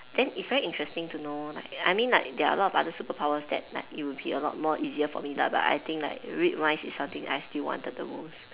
then it's very interesting to know like I mean like there are a lot of other superpowers that like it will be a lot more easier for me lah but I think like read minds is something that I still wanted the most